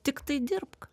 tiktai dirbk